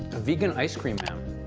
a vegan ice cream man.